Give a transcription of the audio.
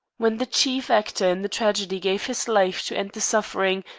when the chief actor in the tragedy gave his life to end the suffering,